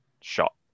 shot